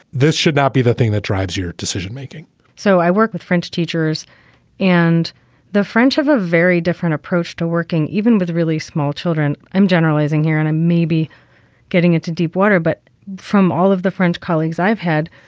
this should not be the thing that drives your decision making so i work with french teachers and the french have a very different approach to working even with really small children. i'm generalizing here and maybe getting into deep water, but from all of the french colleagues i've had,